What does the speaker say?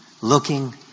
looking